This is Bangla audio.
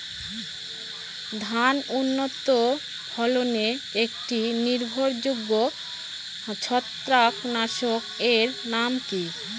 ধান উন্নত ফলনে একটি নির্ভরযোগ্য ছত্রাকনাশক এর নাম কি?